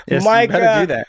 Mike